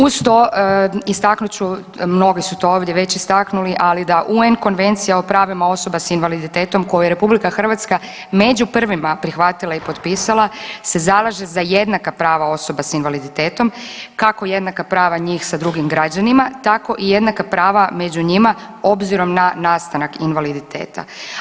Uz to istaknut ću, mnogi su to ovdje već istaknuli ali da UN konvencija o pravima osoba s invaliditetom koju je RH među prvima prihvatila i potpisala se zalaže za jednaka prava osoba s invaliditetom kako jednaka prava njih sa drugim građanima tako i jednaka prava među njima obzirom na nastanak invaliditeta.